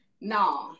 no